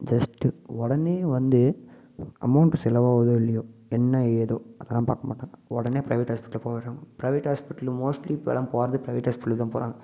just உடனே வந்து amount செலவாகுதோ இல்லையோ என்ன ஏதோ அதலாம் பார்க்க மாட்டாங்க உடனே ப்ரைவேட் ஹாஸ்பிட்டல் போய்டுறாங்க ப்ரைவேட் ஹாஸ்பிட்டலு மோஸ்ட்லி இப்போல்லாம் போகிறது ப்ரைவேட் ஹாஸ்பிட்டலுக்கு தான் போகிறாங்க